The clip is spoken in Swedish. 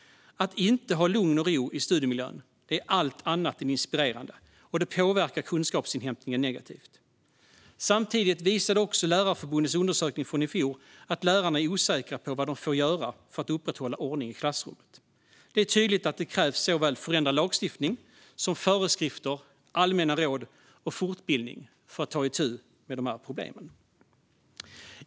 Att inte ha lugn och ro i studiemiljön är allt annat än inspirerande och påverkar kunskapsinhämtningen negativt. Samtidigt visade också Lärarförbundets undersökning från i fjol att lärarna är osäkra på vad de får göra för att upprätthålla ordning i klassrummet. Det är tydligt att det krävs såväl förändrad lagstiftning som föreskrifter, allmänna råd och fortbildning för att ta itu med de här problemen.